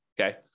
okay